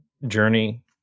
journey